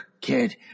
kid